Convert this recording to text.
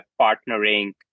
partnering